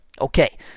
Okay